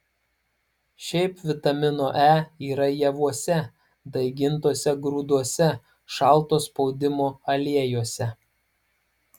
šiaip vitamino e yra javuose daigintuose grūduose šalto spaudimo aliejuose